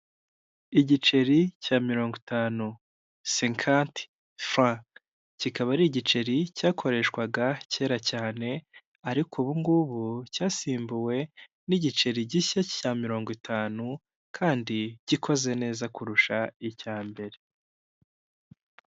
Igiceri cya mirongo itanu senkanti fura kikaba ari igiceri cyakoreshwaga kera cyane, ariko ubu ngubu cyasimbuwe n'igiceri gishya cya mirongo itanu kandi gikoze neza kurusha icya mbere.